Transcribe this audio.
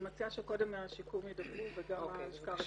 אני מציעה שקודם מהשיקום ידברו וגם מהלשכה הרפואית.